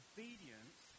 Obedience